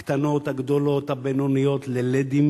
הקטנות, הגדולות, הבינוניות, ל-LED,